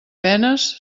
penes